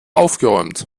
aufgeräumt